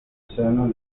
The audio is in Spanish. seno